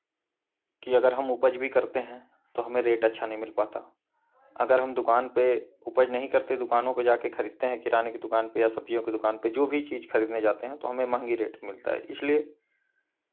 कि अगर हम उपज भी करते हैं तो हमें रेट अच्छा नहीं मिल पाता अगर हम दुकान पे उपज नहीं करते दुकानों को जा के खरीदते हैं किराने की दुकान पे या सब्जियों के दुकान पे जो भी चीज़ खरीदने जाते हैं तो हमें महंगी रेट मिलता है इसलिए